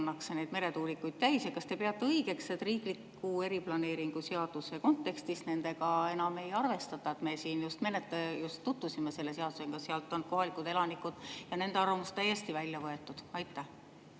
pannakse meretuulikuid täis. Ja kas te peate õigeks, et riikliku eriplaneeringu seaduse kontekstis nendega enam ei arvestata? Me siin just tutvusime selle seadusega, sealt on kohalikud elanikud ja nende arvamus täiesti välja võetud. Aitäh,